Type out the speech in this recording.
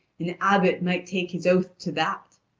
an abbot might take his oath to that.